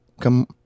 come